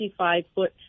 55-foot